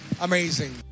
Amazing